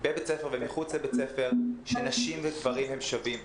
בבית הספר ומחוץ לבית הספר שנשים וגברים הם שווים.